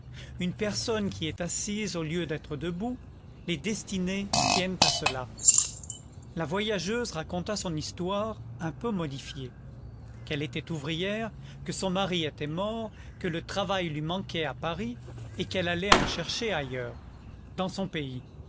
une personne qui est assise au lieu d'être debout les destinées tiennent à cela la voyageuse raconta son histoire un peu modifiée qu'elle était ouvrière que son mari était mort que le travail lui manquait à paris et qu'elle allait en chercher ailleurs dans son pays